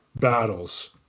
battles